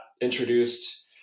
introduced